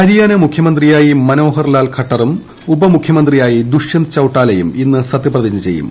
ഹരിയാനാ മുഖ്യമന്ത്രിയായി മനോഹർലാൽ ഘട്ടറും ഉപമുഖ്യമന്ത്രിയായി ദുഷ്യന്ത് ചൌട്ടാലയും ഇന്ന് സത്യപ്രതിജ്ഞ ചെയ്യും